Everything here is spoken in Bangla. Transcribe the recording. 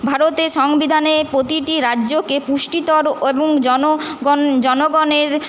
ভারতের সংবিধানে প্রতিটি রাজ্যকে পুষ্টিতর এবং জনগণ জনগণের